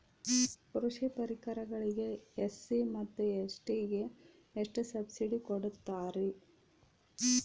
ಕೃಷಿ ಪರಿಕರಗಳಿಗೆ ಎಸ್.ಸಿ ಮತ್ತು ಎಸ್.ಟಿ ಗೆ ಎಷ್ಟು ಸಬ್ಸಿಡಿ ಕೊಡುತ್ತಾರ್ರಿ?